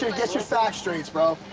ah get your facts straight bro.